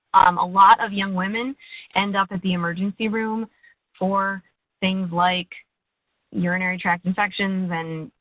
a lot of young women end up at the emergency room for things like urinary tract infections and,